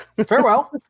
Farewell